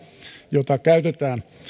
joita käytetään